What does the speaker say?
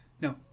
No